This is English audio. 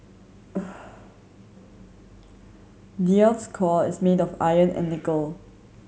the earth's core is made of iron and nickel